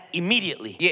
immediately